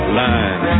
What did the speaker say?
line